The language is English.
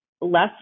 less